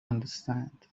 understand